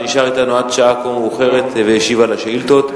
שנשאר אתנו עד שעה כה מאוחרת והשיב על השאילתות.